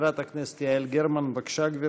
חברת הכנסת יעל גרמן, בבקשה, גברתי.